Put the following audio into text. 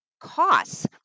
costs